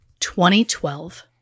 2012